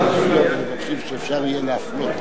בסעיף 5,